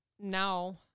now